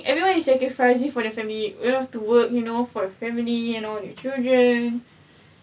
everyone is sacrificing for the family you have to work you know for your family you know your children